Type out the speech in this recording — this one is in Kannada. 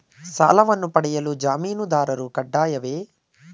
ಸಾಲವನ್ನು ಪಡೆಯಲು ಜಾಮೀನುದಾರರು ಕಡ್ಡಾಯವೇ?